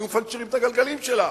היו מפנצ'רים את הגלגלים שלה,